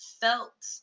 felt